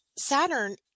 Saturn